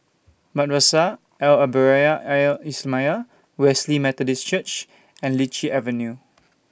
Madrasah Al Arabiah Al Islamiah Wesley Methodist Church and Lichi Avenue